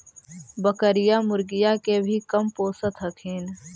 बकरीया, मुर्गीया के भी कमपोसत हखिन?